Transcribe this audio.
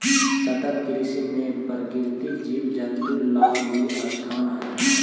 सतत कृषि में प्राकृतिक जीव जंतुओं ला भी स्थान हई